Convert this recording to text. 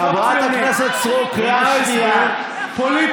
חברת הכנסת סטרוק, נא לשבת במקום.